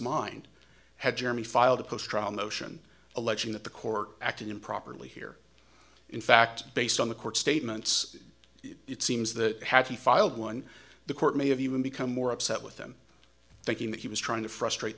mind had jeremy filed a poster on the ocean alleging that the court acted improperly here in fact based on the court's statements it seems that had he filed one the court may have even become more upset with him thinking that he was trying to frustrate